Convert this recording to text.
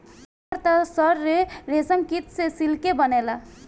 ओकर त सर रेशमकीट से सिल्के बनेला